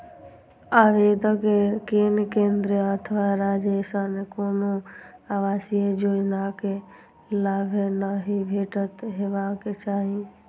आवेदक कें केंद्र अथवा राज्य सं कोनो आवासीय योजनाक लाभ नहि भेटल हेबाक चाही